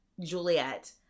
Juliet